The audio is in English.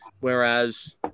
Whereas